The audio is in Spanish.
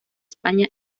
españa